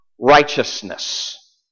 righteousness